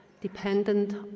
dependent